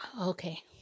Okay